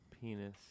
penis